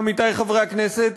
עמיתי חברי הכנסת?